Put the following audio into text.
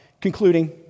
concluding